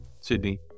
Sydney